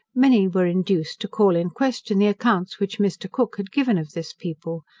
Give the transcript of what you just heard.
many were induced to call in question the accounts which mr. cook had given of this people.